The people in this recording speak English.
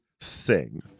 sing